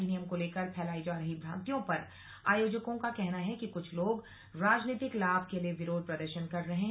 अधिनियम को लेकर फैलाई जा रही भ्रांतियों पर आयोजकों का कहना है कि कुछ लोग राजनीतिक लाभ के लिए विरोध प्रदर्शन कर रहे हैं